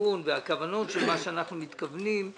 כיוון והכוונות של מה שאנחנו מתכוונים,